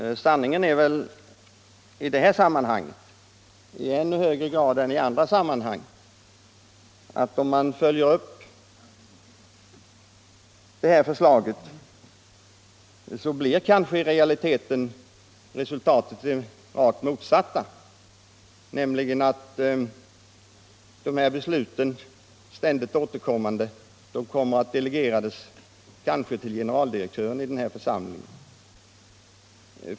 Sanningen är väl dock i det här sammanhanget i än högre grad än i andra att resultatet, om man följer hennes förslag, i realiteten kanske blir rakt motsatt det avsedda. nämligen att dessa stindigt återkommande beslut kommer att delegeras till en mindre delegation eller generaldirektören.